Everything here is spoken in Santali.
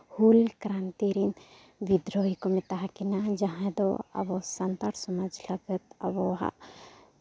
ᱦᱩᱞ ᱠᱨᱟᱱᱛᱤ ᱨᱮᱱ ᱵᱤᱫᱽᱫᱨᱳᱦᱤ ᱠᱚ ᱢᱮᱛᱟ ᱟᱹᱠᱤᱱᱟ ᱡᱟᱦᱟᱸᱭ ᱫᱚ ᱟᱵᱚ ᱥᱟᱱᱛᱟᱲ ᱥᱚᱢᱟᱡᱽ ᱞᱟᱹᱜᱤᱫ ᱟᱵᱚᱣᱟᱜ